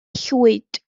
llwyd